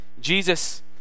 Jesus